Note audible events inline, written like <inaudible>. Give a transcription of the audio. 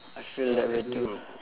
I feel that way too <breath>